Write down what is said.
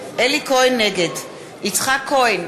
נגד יצחק כהן,